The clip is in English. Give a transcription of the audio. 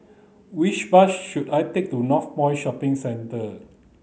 which bus should I take to Northpoint Shopping Centre